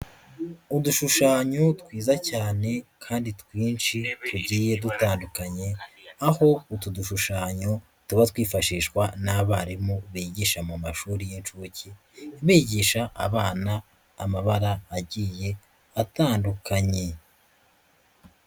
Udushushanyo twiza cyane kandi twinshi tugiye dutandukanye, aho utu dushushanyo tuba twifashishwa n'abarimu bigisha mu mashuri y'inshuke, bigisha abana amabara agiye atandukanye.